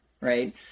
right